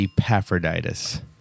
Epaphroditus